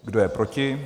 Kdo je proti?